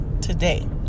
today